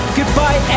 Goodbye